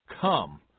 Come